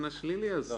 זה בסדר.